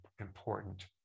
important